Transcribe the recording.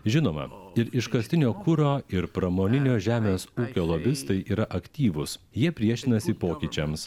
žinoma ir iškastinio kuro ir pramoninio žemės ūkio lobistai yra aktyvūs jie priešinasi pokyčiams